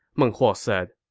meng huo said